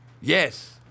Yes